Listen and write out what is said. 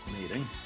meeting